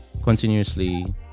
Continuously